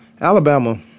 Alabama